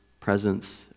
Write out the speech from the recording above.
presence